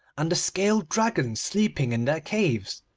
and the scaled dragons sleeping in their caves.